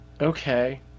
Okay